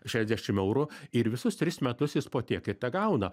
šešdešim eurų ir visus tris metus jis po tiek ir tegauna